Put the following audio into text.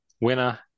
Winner